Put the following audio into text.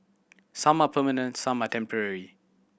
some are permanent some are temporary